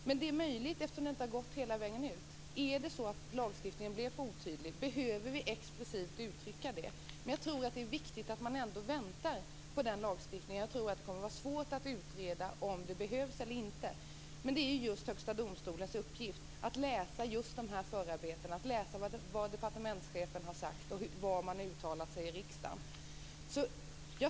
Men det är möjligt att lagstiftningen är för otydlig. Behöver vi explicit uttrycka det här? Jag tror att det är viktigt att vi väntar när det gäller den här lagstiftningen. Jag tror att det kommer att vara svårt att utreda om det här explicit behöver uttryckas eller inte. Men det är Högsta domstolens uppgift att läsa dessa förarbeten och se vad departementschefen har sagt och vad man har uttalat i riksdagen.